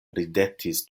ridetis